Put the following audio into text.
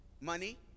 money